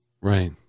Right